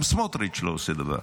גם סמוטריץ' לא עושה דבר,